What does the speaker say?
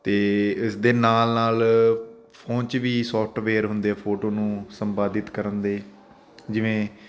ਅਤੇ ਇਸ ਦੇ ਨਾਲ ਨਾਲ ਫੋਨ 'ਚ ਵੀ ਸੋਫਟਵੇਅਰ ਹੁੰਦੇ ਫੋਟੋ ਨੂੰ ਸੰਪਾਦਿਤ ਕਰਨ ਦੇ ਜਿਵੇਂ